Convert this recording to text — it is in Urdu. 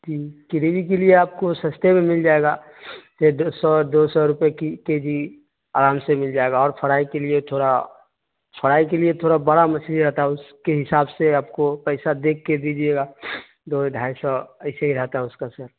جی گریوی کے لیے آپ کو سستے میں مل جائے گا سو دو سو روپئے کے جی آرام سے مل جائے گا اور فرائی کے لیے تھوڑا فرائی کے لیے تھوڑا بڑا مچھلی رہتا ہے اس کے حساب سے آپ کو پیسہ دیکھ کے دیجیے گا دو ڈھائی سو ایسے ہی رہتا ہے اس کا سر